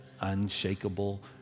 unshakable